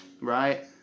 Right